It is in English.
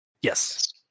Yes